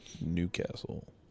Newcastle